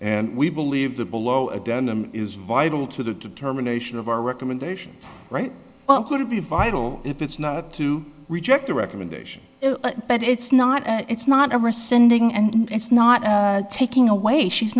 and we believe the below a denim is vital to the determination of our recommendation right well could be vital if it's not to reject a recommendation but it's not it's not over sending and it's not taking away she's